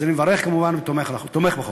אז אני מברך על החוק ותומך בו.